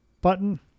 button